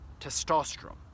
testosterone